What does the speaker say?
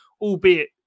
albeit